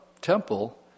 temple